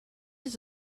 his